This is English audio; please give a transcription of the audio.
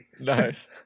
Nice